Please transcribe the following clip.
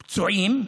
פצועים,